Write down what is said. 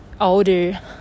older